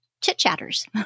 chit-chatters